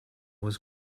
was